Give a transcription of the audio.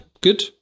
good